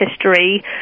history